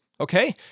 okay